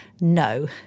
no